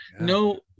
No